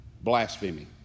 blasphemy